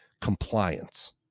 compliance